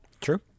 True